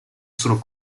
sono